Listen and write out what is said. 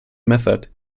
method